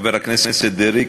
חבר הכנסת דרעי,